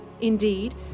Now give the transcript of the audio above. Indeed